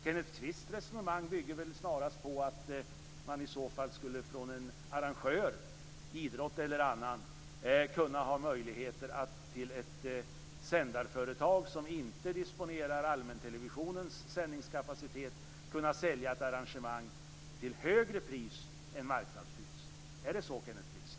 Kenneth Kvists resonemang bygger snarast på att en arrangör, idrottsarrangör eller annan, skall ha möjligheter att till ett sändarföretag som inte disponerar allmäntelevisionens sändningskapacitet sälja ett arrangemang till ett högre pris än marknadspris. Är det så, Kenneth Kvist?